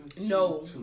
No